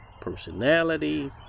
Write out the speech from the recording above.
personality